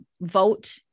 vote